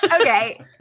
Okay